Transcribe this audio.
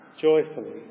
joyfully